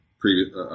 previous